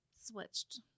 switched